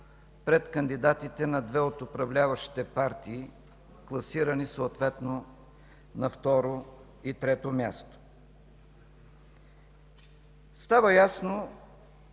пред кандидатите на две от управляващите партии, класирани съответно на второ и на трето място. Става ясно,